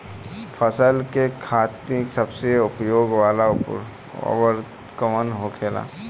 फसल के खातिन सबसे उपयोग वाला उर्वरक कवन होखेला?